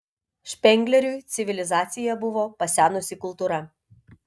špengleriui civilizacija buvo pasenusi kultūra